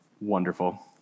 Wonderful